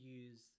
use